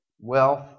wealth